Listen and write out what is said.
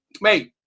mate